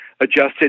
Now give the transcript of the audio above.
adjusted